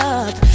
up